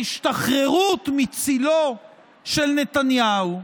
והשתחררות מצילו של נתניהו.